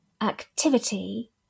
activity